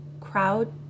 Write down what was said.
Crowd